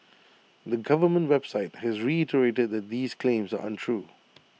the government website has reiterated that these claims are untrue